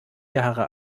jahre